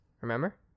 Remember